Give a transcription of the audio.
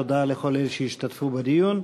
תודה לכל אלה שהשתתפו בדיון.